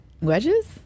wedges